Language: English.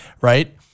right